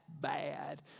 bad